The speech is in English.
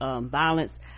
violence